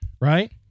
right